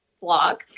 blog